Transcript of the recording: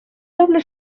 doble